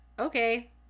Okay